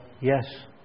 yes